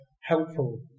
helpful